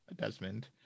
Desmond